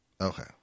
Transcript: Okay